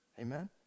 amen